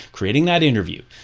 creating that interview.